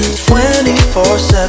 24-7